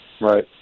Right